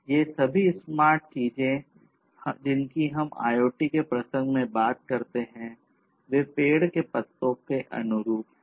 ये सभी स्मार्ट चीजें जिनकी हम IoT के प्रसंग में बात करते हैं वे पेड़ के पत्तों के अनुरूप हैं